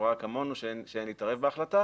סברה כמונו שאין להתערב בהחלטה,